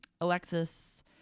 Alexis